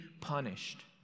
punished